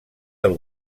del